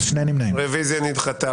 הרביזיה נדחתה.